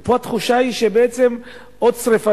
ופה התחושה היא שעוד שרפה